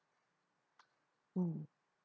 mm